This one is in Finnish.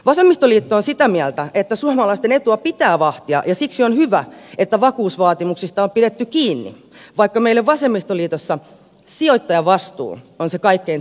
vasemmistoliitto on sitä mieltä että suomalaisten etua pitää vahtia ja siksi on hyvä että vakuusvaatimuksista on pidetty kiinni vaikka meille vasemmistoliitossa sijoittajavastuu on kaikkein tärkein asia